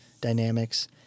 dynamics